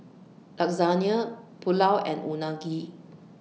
Lasagne Pulao and Unagi